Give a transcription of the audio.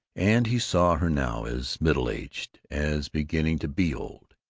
and he saw her now as middle-aged, as beginning to be old.